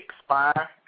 expire